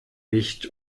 wicht